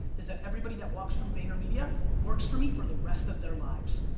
is that everybody that walks through vaynermedia works for me for the rest of their lives.